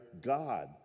God